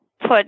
put